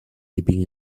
leaping